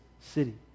city